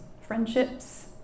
friendships